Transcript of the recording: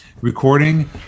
recording